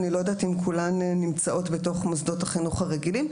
אני לא יודעת אם כולן נמצאות בתוך מוסדות החינוך הרגילים,